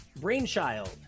Brainchild